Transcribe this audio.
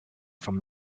from